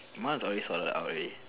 mine is always err out already